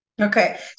okay